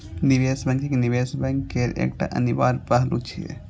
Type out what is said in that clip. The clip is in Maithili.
निवेश बैंकिंग निवेश बैंक केर एकटा अनिवार्य पहलू छियै